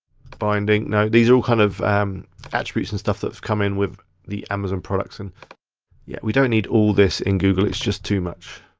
binding, no. these are all kind of attributes and stuff that have come in with the amazon products. and yeah, we don't need all this in google, it's just too much.